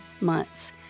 months